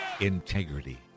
Integrity